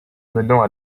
menant